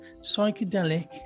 psychedelic